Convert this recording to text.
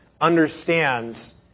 understands